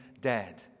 dead